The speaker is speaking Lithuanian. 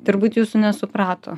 turbūt jūsų nesuprato